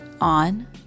on